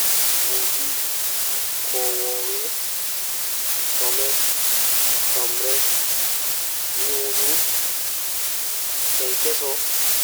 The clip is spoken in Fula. Woodi jiire, woodi kenkeso, woodi kurbanaani, woodi buubi, woodi chufi, woodi bondi, woodi nyukuyaadere.